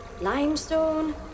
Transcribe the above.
limestone